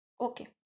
Okay